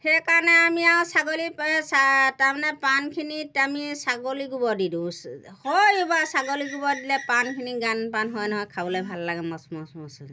সেইকাৰণে আমি আৰু ছাগলী তাৰমানে পাণখিনিত আমি ছাগলী গোবৰ দি দিওঁ হয়ো বাৰু ছাগলী গোবৰ দিলে পাণখিনি গান পাণ হয় নহয় খাবলৈ ভাল লাগে মছ মছ মছ